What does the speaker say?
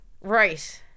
Right